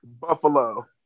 Buffalo